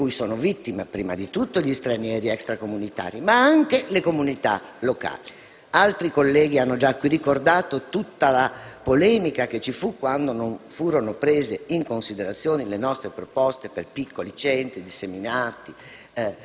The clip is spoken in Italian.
di cui sono vittime innanzi tutto gli stranieri extracomunitari, ma anche le comunità locali. Altri colleghi hanno già ricordato la polemica sorta quando non sono state prese in considerazione le nostre proposte per piccoli centri disseminati,